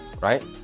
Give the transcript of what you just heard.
right